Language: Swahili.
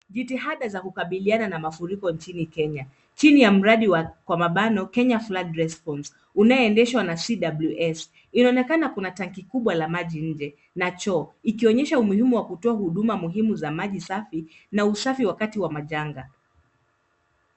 Jitihada za kukabiliana na mafuriko nchini Kenya chini ya mradi (Kenya flag response) unayeendeshwa na cws inaonekana kuna tanki kubwa la maji nje na choo ikionyesha umuhimu wa kutoa huduma muhimu za maji safi na usafi wakati wa majanga